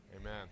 amen